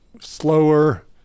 slower